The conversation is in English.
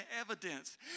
evidence